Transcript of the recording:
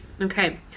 Okay